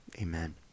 Amen